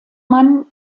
mann